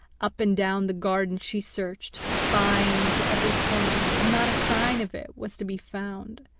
up and down the garden she searched, spying into every corner, but not a sign of it was to be found.